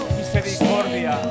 misericordia